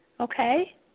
Okay